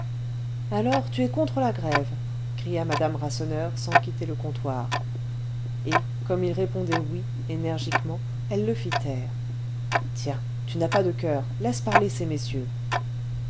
alors tu es contre la grève cria madame rasseneur sans quitter le comptoir et comme il répondait oui énergiquement elle le fit taire tiens tu n'as pas de coeur laisse parler ces messieurs